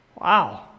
Wow